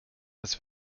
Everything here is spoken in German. als